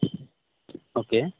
okay